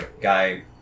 guy